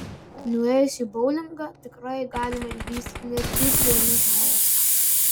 nuėjus į boulingą tikrai galima išvysti ne tik jaunus žmones